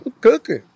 cooking